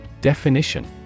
Definition